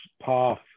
path